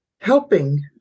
Helping